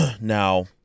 now